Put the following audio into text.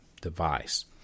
device